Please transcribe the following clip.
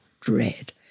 dread